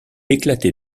éclatait